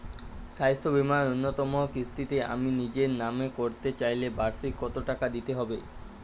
স্বাস্থ্য বীমার ন্যুনতম কিস্তিতে আমি নিজের নামে করতে চাইলে বার্ষিক কত টাকা দিতে হবে?